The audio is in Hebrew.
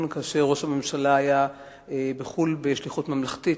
כאשר ראש הממשלה היה בחו"ל בשליחות ממלכתית.